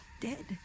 dead